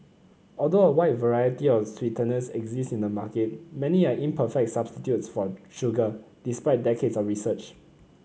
although a wide variety of sweeteners exist in the market many are imperfect substitutes for sugar despite decades of research